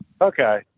Okay